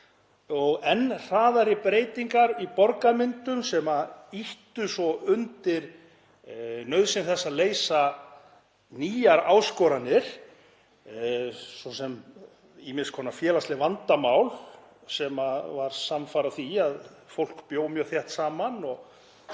enn hraðari breytingum í borgarmyndum sem ýttu svo undir nauðsyn þess að leysa nýjar áskoranir, svo sem ýmiss konar félagsleg vandamál sem voru samfara því að fólk bjó mjög þétt saman.